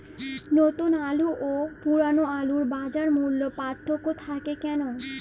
নতুন আলু ও পুরনো আলুর বাজার মূল্যে পার্থক্য থাকে কেন?